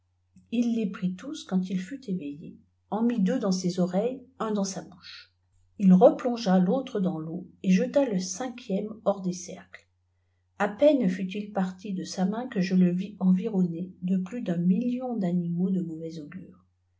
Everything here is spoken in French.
il les prît tous qand il fut éveillé en mit deux dans ses oreilles un dans sa bouçh il replongea l'autre dans teau et jeta le cinquièrfie hors des cercles à peine fut-il parti de sa main que je le vis envirpnn é de plus d'uft million d'animaux de mauvais augure